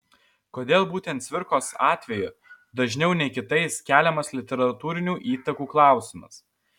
kodėl būtent cvirkos atveju dažniau nei kitais keliamas literatūrinių įtakų klausimas